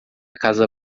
casa